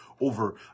over